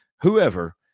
whoever